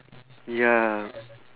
ya